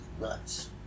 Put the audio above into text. nuts